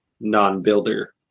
non-builder